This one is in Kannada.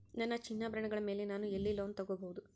ನನ್ನ ಚಿನ್ನಾಭರಣಗಳ ಮೇಲೆ ನಾನು ಎಲ್ಲಿ ಲೋನ್ ತೊಗೊಬಹುದು?